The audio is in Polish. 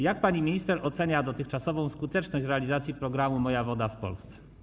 Jak pani minister ocenia dotychczasową skuteczność realizacji programu „Moja woda” w Polsce?